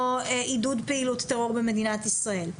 או עידוד פעילות טרור במדינת ישראל?